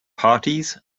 parties